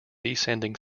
descending